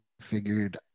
figured